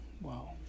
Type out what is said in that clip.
Wow